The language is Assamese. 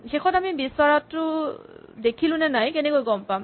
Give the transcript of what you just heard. শেষত আমি বিচৰাটো দেখিলো নে নাই কেনেকৈ গম পাম